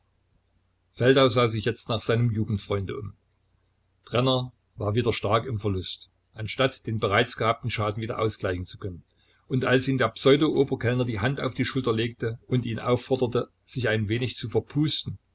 feldau sah sich jetzt nach seinem jugendfreunde um brenner war wieder stark im verlust anstatt den bereits gehabten schaden wieder ausgleichen zu können und als ihm der pseudo oberkellner die hand auf die schulter legte und ihn aufforderte sich ein wenig zu verpusten